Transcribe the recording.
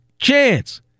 chance